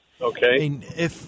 Okay